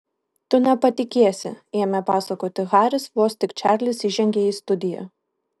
tu nepatikėsi ėmė pasakoti haris vos tik čarlis įžengė į studiją